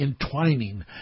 entwining